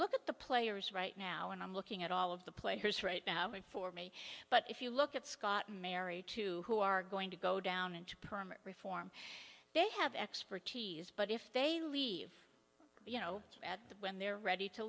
look at the players right now and i'm looking at all of the players right now and for me but if you look at scott and mary two who are going to go down and to permit reform they have expertise but if they leave you know at the when they're ready to